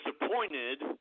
disappointed